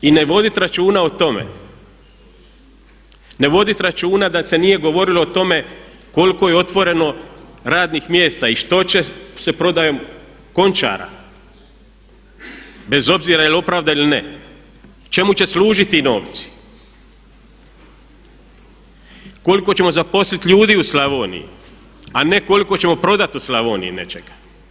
I ne vodit računa o tome, ne vodit računa da se nije govorilo o tome koliko je otvoreno radnih mjesta i što će se prodajom Končara bez obzira jel' opravdan ili ne, čemu će služit ti novci, koliko ćemo zaposlit ljudi u Slavoniji, a ne koliko ćemo prodati u Slavoniji nečega.